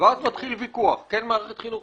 ואז מתחיל ויכוח, כן מערכת החינוך,